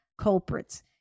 culprits